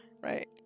right